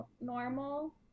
normal